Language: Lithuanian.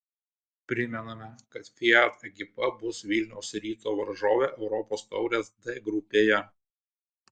primename kad fiat ekipa bus vilniaus ryto varžovė europos taurės d grupėje